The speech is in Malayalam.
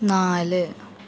നാല്